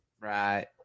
Right